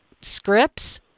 scripts